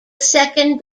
second